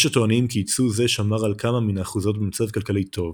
יש הטוענים כי ייצוא זה שמר על כמה מן האחוזות במצב כלכלי טוב,